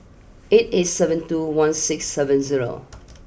eight eight seven two one six seven zero